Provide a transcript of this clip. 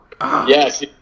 Yes